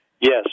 Yes